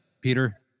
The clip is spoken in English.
peter